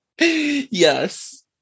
Yes